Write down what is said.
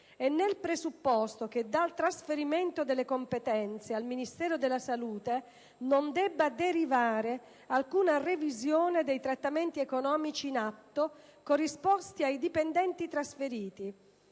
e nel presupposto che dal trasferimento delle competenze al Ministero della salute non debba derivare alcuna revisione dei trattamenti economici in atto corrisposti ai dipendenti trasferiti.